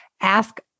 ask